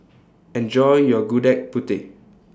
Enjoy your Gudeg Putih